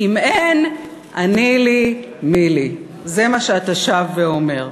"אם אין אני לי מי לי", זה מה שאתה שב ואומר,